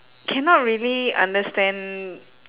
cannot really understand